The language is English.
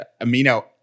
amino